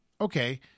okay